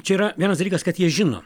čia yra vienas dalykas kad jie žino